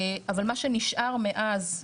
אבל מה שנשאר מאז,